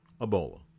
Ebola